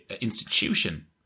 institution